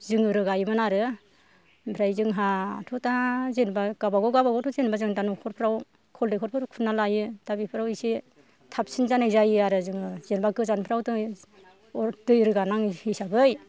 जोङो रोगायोमोन आरो ओमफ्राय जोंहाथ' दा जेन'बा गावबा गाव गावबागावथ' जेन'बाथ जों दा न'खरफ्राव खल दैखरफोर खुरना लायो दा बेफोराव एसे थाबसिन जानाय जायो आरो जोङो जेन'बा गोजानफ्राव जों दै रोगा नाङै हिसाबै